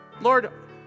Lord